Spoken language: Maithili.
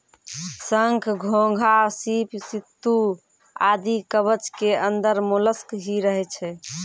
शंख, घोंघा, सीप, सित्तू आदि कवच के अंदर मोलस्क ही रहै छै